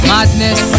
Madness